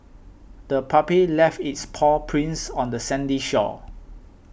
the puppy left its paw prints on the sandy shore